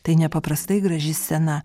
tai nepaprastai graži scena